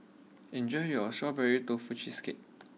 enjoy your Strawberry Tofu Cheesecake